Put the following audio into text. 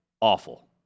Awful